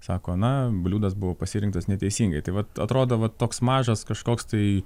sako na bliūdas buvo pasirinktas neteisingai tai vat atrodo toks mažas kažkoks tai